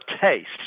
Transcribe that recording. taste